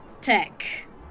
tech